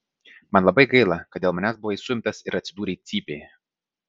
man labai gaila kad dėl manęs buvai suimtas ir atsidūrei cypėje